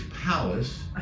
Palace